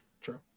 True